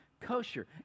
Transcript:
kosher